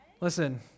Listen